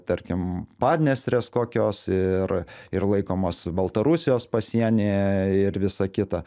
tarkim padniestrės kokios ir ir laikomas baltarusijos pasienyje ir visa kita